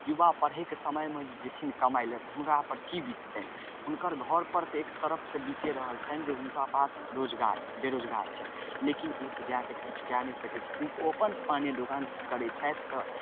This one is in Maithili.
युवा पढ़ैके समयमे जे जेथिन कमाइलए तऽ हुनकापर कि बीततनि हुनकर घरपर तऽ एक तरफसँ बितिए रहल छनि जे हुनका पास रोजगार बेरोजगार छथि लेकिन ओ तऽ जाके किछु कै नहि सकै छथिन तऽ ओ अपन पाने दोकान करै छथि तऽ